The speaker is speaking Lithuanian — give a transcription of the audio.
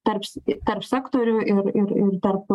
tarpai tarp sektorių ir ir tarp